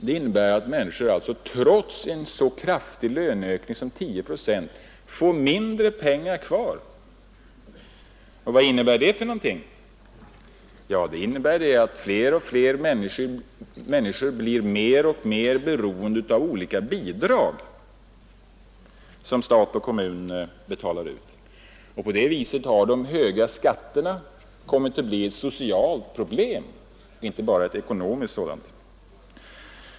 Det innebär att löntagaren trots en så kraftig löneökning som 10 procent får mindre pengar kvar. Det innebär att fler och fler människor blir mer och mer beroende av olika bidrag som stat och kommun betalar ut. Därigenom har de höga skatterna kommit att bli ett socialt problem och inte bara ett ekonomiskt.